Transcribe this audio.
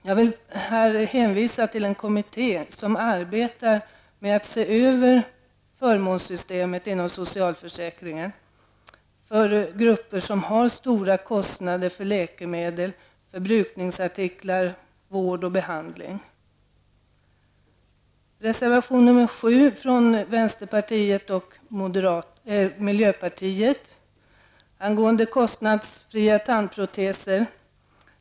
Jag vill här hänvisa till den kommitté som arbetar med att se över förmånssystemet inom socialförsäkringen för grupper som har stora kostnader för läkemedel, förbrukningsartiklar, vård och behandling. Reserveration nr 7 av vänsterpartiet och miljöpartiet gäller frågan om kostnadsfria tandproteser.